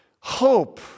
Hope